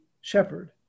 shepherd